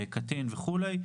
קטין וכולי.